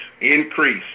Increase